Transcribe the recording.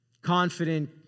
Confident